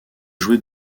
jouer